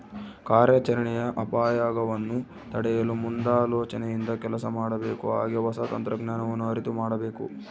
ಕಾರ್ಯಾಚರಣೆಯ ಅಪಾಯಗವನ್ನು ತಡೆಯಲು ಮುಂದಾಲೋಚನೆಯಿಂದ ಕೆಲಸ ಮಾಡಬೇಕು ಹಾಗೆ ಹೊಸ ತಂತ್ರಜ್ಞಾನವನ್ನು ಅರಿತು ಮಾಡಬೇಕು